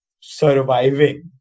surviving